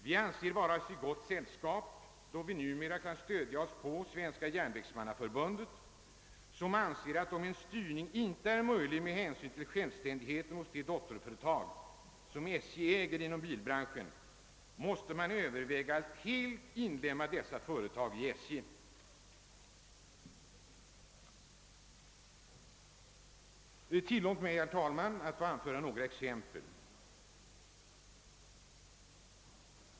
Vi anser oss vara i gott sällskap, då vi numera kan stödja css på Svenska järnvägsmannaförbundet, som anser, att om en styrning inte är möjlig med hänsyn till självständigheten hos de dotterföretag, som SJ äger inom bilbranschen, måste man överväga att helt inlemma dessa företag i SJ. Tillåt mig, herr talman, att anföra några exempel.